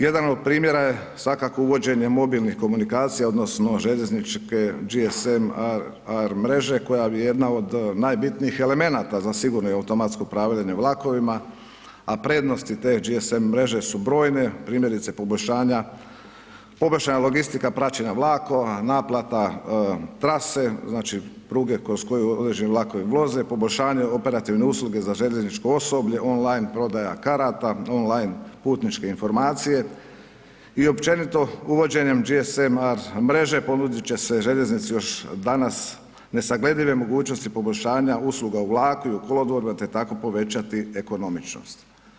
Jedan od primjera je svakako uvođenje mobilnih komunikacija odnosno željezničke GMS-R mreža koja je jedna od najbitnijih elemenata za sigurno i automatsko upravljanje vlakovima, a prednosti te GMS mreže su brojne, primjerice poboljšanja, poboljšana logistika praćenja vlakova, naplata, trase, znači pruge kroz koju određeni vlakovi voze, poboljšanje operativne usluge za željezničko osoblje, on line prodaja karata, on line putničke informacije i općenito uvođenjem GSM-R mreže ponudit će se željeznici još danas nesagledive mogućnosti poboljšanja usluga u vlaku i u kolodvorima, te tako povećati ekonomičnost.